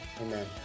Amen